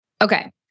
Okay